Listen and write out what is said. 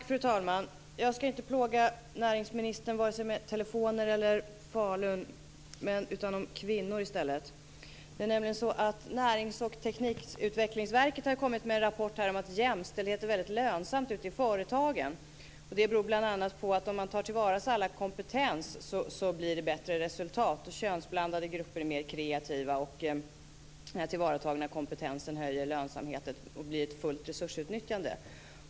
Fru talman! Jag ska inte plåga näringsministern med frågor om telefoner eller Falun utan i stället med frågor om kvinnor. Närings och teknikutvecklingsverket har kommit med en rapport om att jämställdhet är lönsamt i företagen. Det beror bl.a. på att om allas kompetens tas till vara blir det bättre resultat, könsblandade grupper är mer kreativa och den tillvaratagna kompetensen höjer lönsamheten till ett fullt resursutnyttjande.